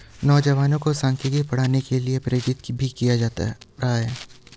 नौजवानों को सांख्यिकी पढ़ने के लिये प्रेरित भी किया जाता रहा है